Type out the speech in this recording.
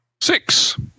Six